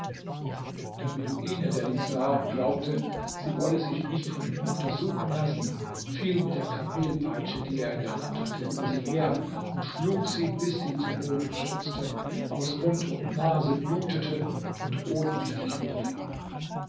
der beduine der dies sah und glaubte sie wolle sich nicht von ihm untersuchen lassen fiel mit der kamelpeitsche die er in der hand hatte über sie her und schlug sie bis sie zu boden stürzte aus mund und nase blutete und ohnmächtig wurde